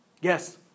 Yes